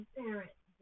parents